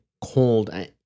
cold